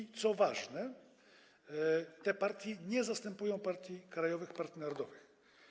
I co ważne, te partie nie zastępują partii krajowych, partii narodowych.